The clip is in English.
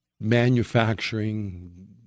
manufacturing